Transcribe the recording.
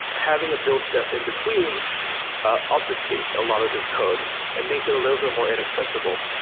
having a build step in between ah obfuscates a lot of this code and makes it a little bit more inaccessible,